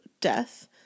death